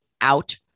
out